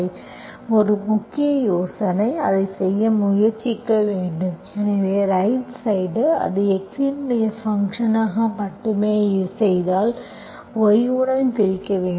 எனவே முக்கிய யோசனை அதைச் செய்ய முயற்சிக்க வேண்டும் எனவே ரைட் சைடு அதை x இன் ஃபங்க்ஷன்ஐ மட்டுமே செய்தால் y உடன் பிரிக்க வேண்டும்